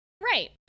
Right